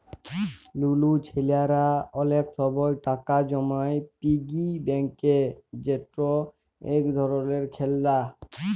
লুলু ছেইলারা অলেক সময় টাকা জমায় পিগি ব্যাংকে যেট ইক ধরলের খেললা